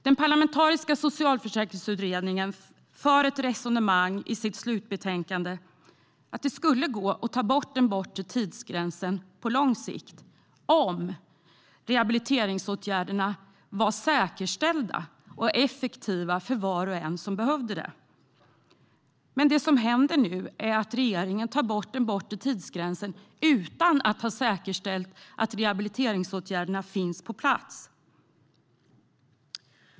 Den parlamentariska socialförsäkringsutredningen för i sitt slutbetänkande resonemanget att det skulle gå att ta bort den bortre tidsgränsen på lång sikt om rehabiliteringsåtgärderna var säkerställda och effektiva för var och en som behöver dem. Men det som händer nu är att regeringen tar bort den bortre tidsgränsen utan att ha säkerställt att rehabiliteringsåtgärderna finns på plats.